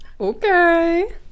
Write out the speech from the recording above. okay